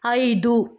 ಐದು